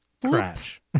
crash